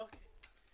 אוקיי.